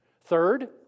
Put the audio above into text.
Third